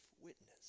witness